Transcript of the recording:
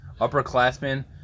upperclassmen